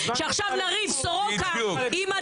שעכשיו נריב "סורוקה" עם "הדסה".